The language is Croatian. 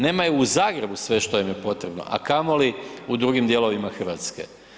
Nemaju u Zagrebu sve što im je potrebno, a kamoli u drugim dijelovima RH.